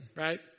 right